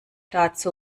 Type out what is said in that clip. dazu